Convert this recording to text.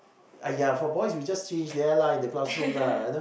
!aiya! for boys you just change there lah in the classroom lah you know